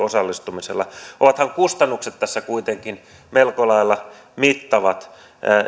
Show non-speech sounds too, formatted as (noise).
(unintelligible) osallistumisella ovathan kustannukset tässä kuitenkin melko lailla mittavat